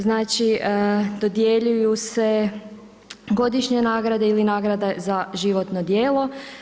Znači dodjeljuju se godišnje nagrade ili nagrade za životno djelo.